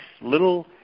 little